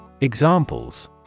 Examples